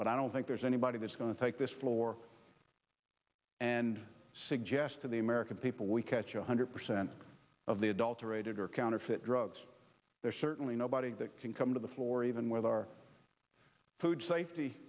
but i don't think there's anybody that's going to take this floor and suggest to the american people we catch one hundred percent of the adulterated or counterfeit drugs there's certainly nobody that can come to the floor even with our food safety